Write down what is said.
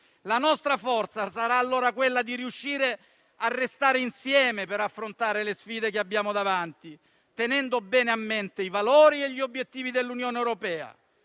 La nostra forza sarà quella di riuscire a restare insieme per affrontare le sfide che abbiamo davanti, tenendo bene a mente i valori e gli obiettivi dell'Unione europea: